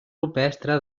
rupestre